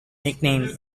nicknamed